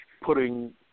putting